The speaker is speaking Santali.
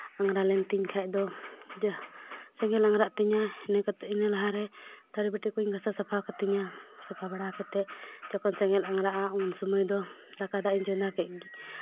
ᱟᱝᱨᱟ ᱞᱮᱱᱛᱤᱧ ᱠᱷᱟᱱ ᱫᱚ ᱟᱫᱚ ᱥᱮᱸᱜᱮᱞ ᱟᱝᱜᱽᱨᱟᱜ ᱛᱤᱧᱟᱹ ᱤᱱᱟᱹ ᱠᱟᱛᱮ ᱤᱱᱟᱹ ᱞᱟᱦᱟᱨᱮ ᱛᱷᱟᱹᱨᱤ ᱵᱟᱹᱴᱤ ᱠᱚᱹᱧ ᱜᱷᱟᱥᱟᱣ ᱥᱟᱯᱷᱟ ᱠᱟᱛᱤᱧᱟᱹ ᱥᱟᱯᱷᱟ ᱵᱟᱲᱟ ᱠᱟᱛᱮ ᱡᱚᱠᱷᱚᱱ ᱥᱮᱸᱜᱮᱞ ᱟᱸᱜᱽᱨᱟᱜᱼᱟ ᱩᱱ ᱥᱚᱢᱚᱭ ᱫᱚ ᱫᱟᱠᱟ ᱫᱟᱜ ᱤᱧ ᱪᱚᱸᱫᱟ ᱠᱮᱫ ᱜᱮ